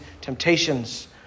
temptations